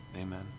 Amen